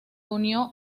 unió